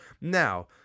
Now